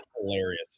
hilarious